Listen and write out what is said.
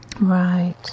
Right